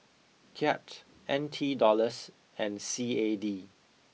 Kyat N T Dollars and C A D